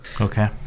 Okay